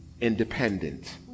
independent